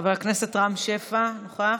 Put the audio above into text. חבר הכנסת רם שפע, מוותר?